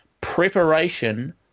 preparation